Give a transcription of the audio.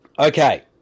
Okay